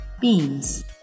BEANS